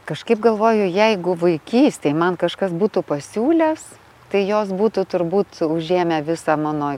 kažkaip galvoju jeigu vaikystėj man kažkas būtų pasiūlęs tai jos būtų turbūt užėmę visą mano